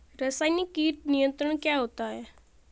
रसायनिक कीट नियंत्रण क्या होता है?